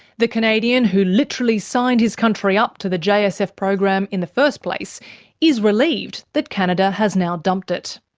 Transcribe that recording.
the canadian who literally signed his country up to the jsf jsf program in the first place is relieved that canada has now dumped it.